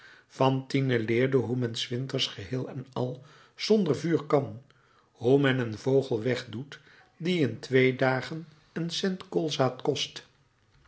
fantine leerde hoe men s winters geheel en al zonder vuur kan hoe men een vogel wegdoet die in twee dagen een cent koolzaad kost